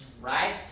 right